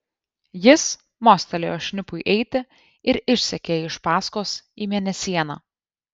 jis mostelėjo šnipui eiti ir išsekė iš paskos į mėnesieną